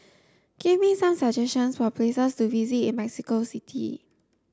give me some suggestions for places to visit in Mexico City